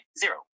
zero